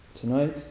tonight